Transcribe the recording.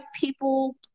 people